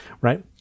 right